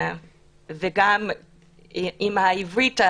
וגם עם העברית,